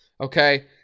okay